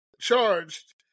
charged